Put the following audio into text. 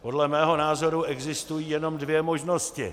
Podle mého názoru existují jenom dvě možnosti.